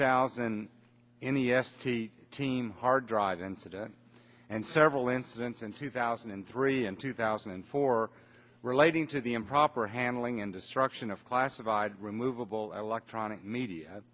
thousand in the s t team hard drive incident and several incidents in two thousand and three and two thousand and four relating to the improper handling and destruction of classified removable electronic media